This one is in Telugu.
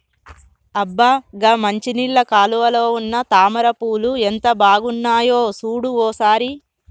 అబ్బ గా మంచినీళ్ళ కాలువలో ఉన్న తామర పూలు ఎంత బాగున్నాయో సూడు ఓ సారి